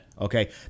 Okay